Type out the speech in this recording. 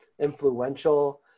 influential